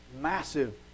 massive